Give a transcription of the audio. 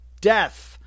Death